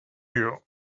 you